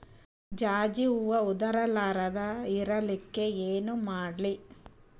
ಜಾಜಿ ಹೂವ ಉದರ್ ಲಾರದ ಇರಲಿಕ್ಕಿ ಏನ ಮಾಡ್ಲಿ?